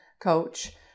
coach